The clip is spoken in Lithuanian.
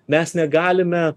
mes negalime